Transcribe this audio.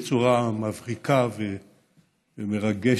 בצורה מבריקה ומרגשת,